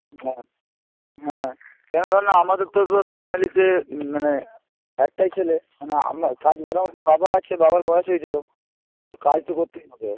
হ্যাঁ হ্যাঁ কেন ধর না আমাদের তো তোর ফ্যামেলিতে মানে একটাই ছেলে মানে আমরা কাজ করাও বাবা আছে বাবার বয়স হয়েছে তো তো কাজ তো করতেই হবে